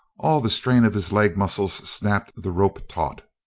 all the strain of his leg muscles snapped the rope taut.